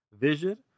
Vision